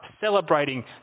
celebrating